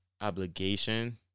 obligation